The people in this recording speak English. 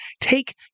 take